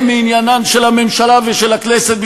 הם מעניינן של הממשלה ושל הכנסת.